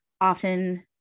often